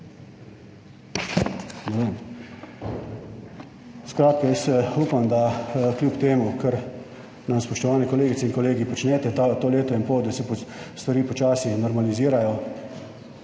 Skratka, jaz upam, da kljub temu, kar nam, spoštovane kolegice in kolegi, počnete to leto in pol, da se stvari počasi normalizirajo.